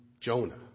Jonah